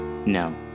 No